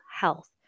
health